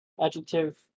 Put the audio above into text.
Adjective